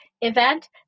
event